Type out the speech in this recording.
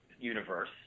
universe